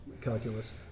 calculus